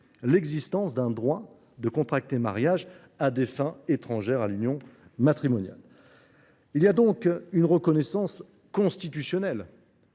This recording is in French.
l’existence d’un droit de contracter le mariage à des fins étrangères à l’union matrimoniale. Il y a donc une reconnaissance constitutionnelle